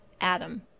Adam